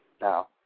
Now